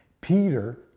Peter